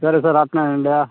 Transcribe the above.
సరే సరే అట్నే ఇవ్వండి